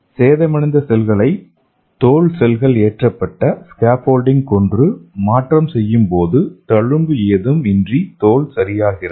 சேதமடைந்த செல்களை தோல் செல்கள் ஏற்றப்பட்ட ஸ்கேஃபோல்டிங் கொண்டு மாற்றம் செய்யும்போது தழும்பு ஏதும் இன்றி தோல் சரியாகிறது